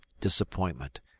Disappointment